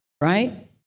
right